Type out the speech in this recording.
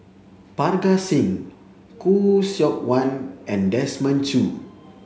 Parga Singh Khoo Seok Wan and Desmond Choo